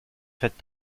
fête